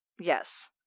Yes